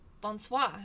Bonsoir